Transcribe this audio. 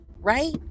right